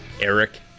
Eric